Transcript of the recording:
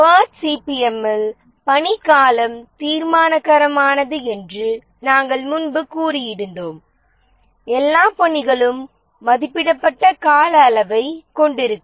bird சிபிம்மில் பணி காலம் தீர்மானகரமானது என்று நாம் முன்பு கூறியிருந்தோம் எல்லா பணிகளும் மதிப்பிடப்பட்ட கால அளவைக் கொண்டிருக்கும்